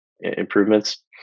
improvements